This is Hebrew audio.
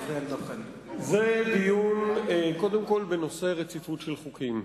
זה קודם כול דיון בנושא רציפות של חוקים.